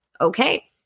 Okay